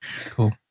Cool